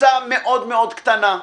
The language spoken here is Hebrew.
בקבוצה מאוד-מאוד קטנה.